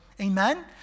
Amen